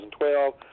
2012